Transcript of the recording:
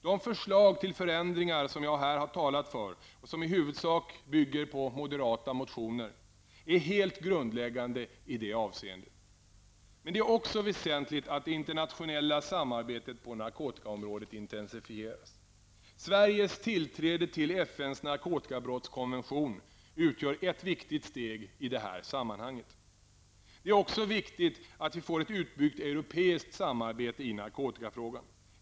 De förslag till förändringar som jag här talat för -- och som i huvudsak bygger på moderata motioner -- är helt grundläggande i det avseendet. Men det är också väsentligt att det internationella samarbetet på narkotikaområdet intensifieras. Sveriges tillträde till FNs narkotikabrottskonvention utgör ett viktigt steg i det sammanhanget. Det är också viktigt att vi får ett utbyggt europeiskt samarbete i narkotikafrågan.